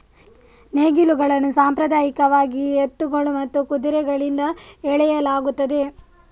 ನೇಗಿಲುಗಳನ್ನು ಸಾಂಪ್ರದಾಯಿಕವಾಗಿ ಎತ್ತುಗಳು ಮತ್ತು ಕುದುರೆಗಳಿಂದ ಎಳೆಯಲಾಗುತ್ತದೆ